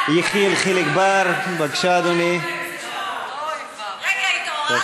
אדוני היושב-ראש,